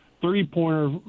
three-pointer